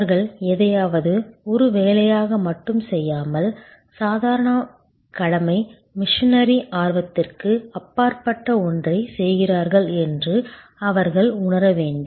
அவர்கள் எதையாவது ஒரு வேலையாக மட்டும் செய்யாமல் சாதாரண கடமை மிஷனரி ஆர்வத்திற்கு அப்பாற்பட்ட ஒன்றைச் செய்கிறார்கள் என்று அவர்கள் உணர வேண்டும்